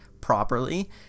properly